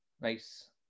Nice